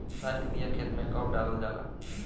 धान के बिया खेत में कब डालल जाला?